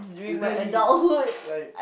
is there any like